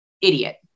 idiot